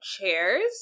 chairs